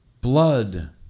blood